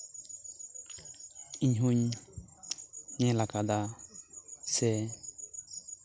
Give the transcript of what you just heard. ᱤᱧ ᱦᱩᱧ ᱧᱮᱞ ᱟᱠᱟᱫᱟ ᱥᱮ